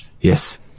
Yes